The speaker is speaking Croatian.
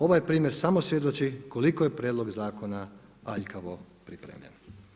Ovaj primjer samo svjedoči koliko je prijedlog zakona aljkavo pripremljen.